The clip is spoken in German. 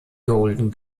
golden